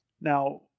Now